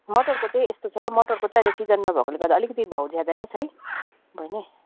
मटरको चाहिँ यस्तो छ मटरको चाहिँ अहिले सिजन नभएकोले गर्दा अलिकति भाउ ज्यादा नै छ बहिनी